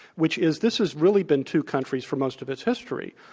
which is this has really been two countries for most of its history.